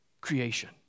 creation